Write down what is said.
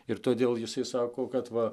ir todėl jisai sako kad va